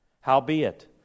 howbeit